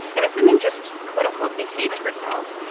and if women just, quote, unquote, behaved herself,